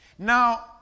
Now